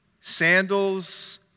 sandals